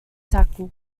tackle